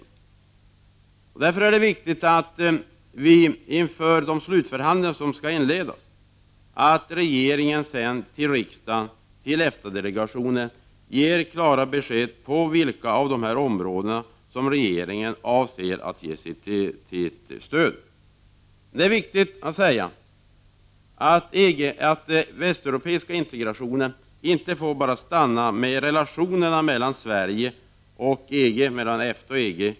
Det är därför viktigt att regeringen inför de slutförhandlingar som skall inledas ger klara besked till riksdagens EFTA-delegation om vilka områden som regeringen avser att prioritera. Det är viktigt att understryka att vårt arbete med de västeuropeiska integrationsfrågorna inte får stanna vid relationerna mellan Sverige och EG och mellan EFTA och EG.